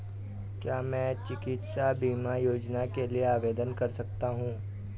क्या मैं चिकित्सा बीमा योजना के लिए आवेदन कर सकता हूँ?